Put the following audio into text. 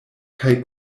kaj